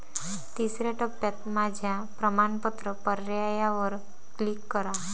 तिसर्या टप्प्यात माझ्या प्रमाणपत्र पर्यायावर क्लिक करा